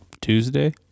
Tuesday